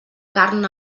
carn